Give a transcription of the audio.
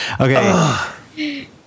Okay